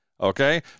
Okay